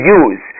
use